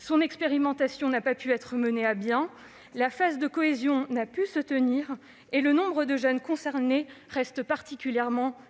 Son expérimentation n'a pas pu être menée à bien, la phase de cohésion n'a pu se tenir et le nombre de jeunes concernés reste particulièrement limité.